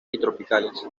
tropicales